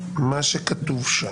מה שכתוב שם,